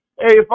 hey